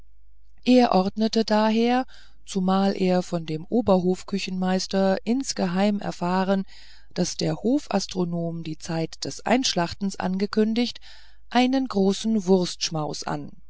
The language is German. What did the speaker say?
er ordnete daher zumal er von dem oberhofküchenmeister insgeheim erfahren daß der hofastronom die zeit des einschlachtens angekündigt einen großen wurstschmaus an